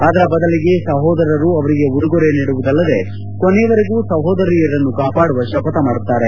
ಅದರ ಬದಲಿಗೆ ಸಹೋದರರು ಅವರಿಗೆ ಉಡುಗೊರೆ ನೀಡುವುದಲ್ಲದೆ ಕೊನೆಯವರೆಗೂ ಸಹೋದರಿಯರನ್ನು ಕಾಪಾಡುವ ಶಪಥ ಮಾಡುತ್ತಾರೆ